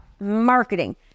marketing